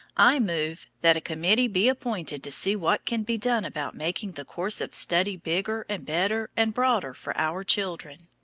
i move that a committee be appointed to see what can be done about making the course of study bigger, and better, and broader for our children.